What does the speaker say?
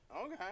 Okay